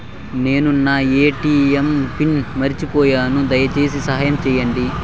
నేను నా ATM pin మర్చిపోయాను, దయచేసి సహాయం చేయండి